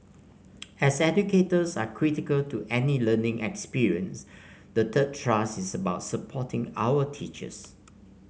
as educators are critical to any learning experience the third thrust is about supporting our teachers